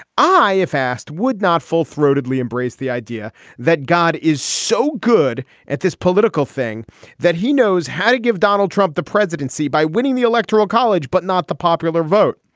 i, if asked, would not full throatedly embrace the idea that god is so good at this political thing that he knows how to give donald trump the presidency by winning the electoral college, but not the popular vote.